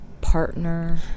partner